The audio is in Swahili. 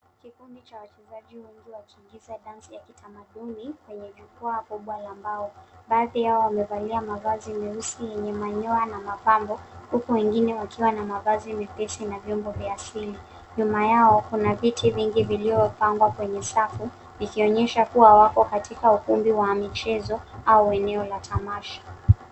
Kikundi cha wachezaji wengi wakiingiza dansi ya kitamaduni, kwenye jukwaa kubwa la mbao. Baadhi yao wamevalia mavazi meusi yenye manyoya na mapambo, huku wengine wakiwa na mavazi mepesi na vyombo vya asili . Nyuma yao, kuna viti vingi viliopangwa kwenye safu, vikionyesha kua wako katika ukumbi wa michezo, au eneo la tamasha.